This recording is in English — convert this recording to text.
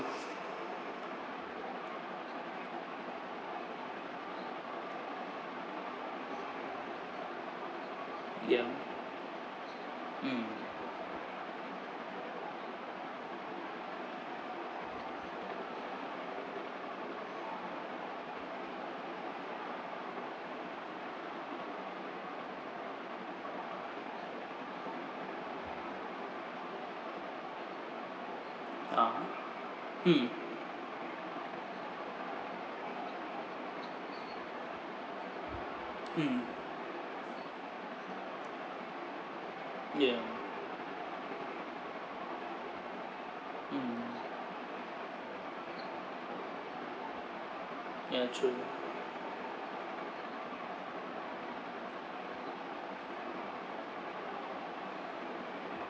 yeah mm ah hmm hmm yeah mm ya true